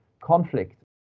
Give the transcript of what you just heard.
conflict